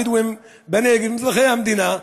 הבדואים בנגב הם אזרחי המדינה.